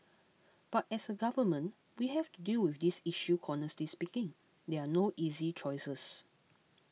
but as a government we have deal with this issue honestly speaking there are no easy choices